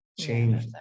change